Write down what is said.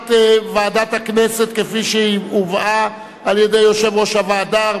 הודעת ועדת הכנסת כפי שהיא הובאה על-ידי יושב-ראש הוועדה.